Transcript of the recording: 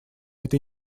этой